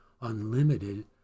unlimited